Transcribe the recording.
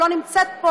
שלא נמצאת פה,